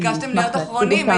ביקשתם להיות אחרונים.